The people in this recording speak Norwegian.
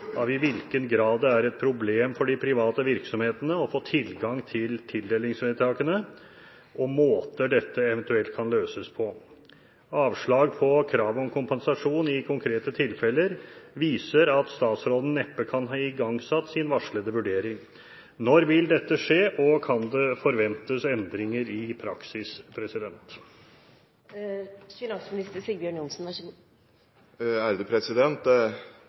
av i hvilken grad det er et problem for de private virksomhetene å få tilgang til tildelingsvedtakene, og måter dette eventuelt kan løses på». Avslag på krav om kompensasjon i konkrete tilfeller viser at statsråden neppe kan ha igangsatt sin varslede vurdering. Når vil dette skje, og kan det forventes endringer i praksis?»